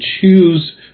choose